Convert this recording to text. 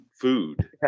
food